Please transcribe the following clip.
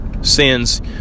sins